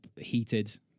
heated